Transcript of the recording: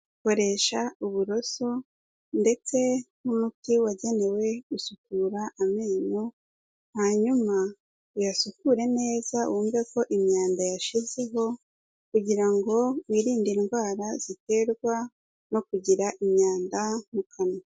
Koresha uburoso ndetse n'umuti wagenewe gusukura amenyo, hanyuma uyasukure neza wumve ko imyanda yashizeho, kugira ngo wirinde indwara ziterwa no kugira imyanda mu kanwa.